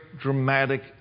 dramatic